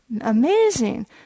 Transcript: amazing